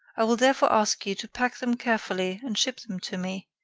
i will therefore ask you to pack them carefully and ship them to me,